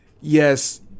yes